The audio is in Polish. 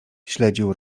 śledził